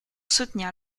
soutenir